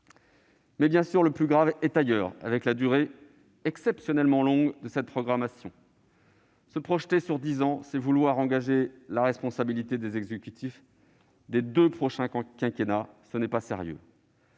Toutefois, le plus grave est ailleurs, avec la durée exceptionnellement longue de cette programmation. Se projeter dans dix ans, c'est vouloir engager la responsabilité des exécutifs des deux prochains quinquennats. Ce n'est pas sérieux